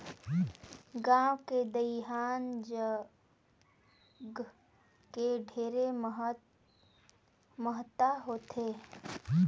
गांव मे दइहान जघा के ढेरे महत्ता होथे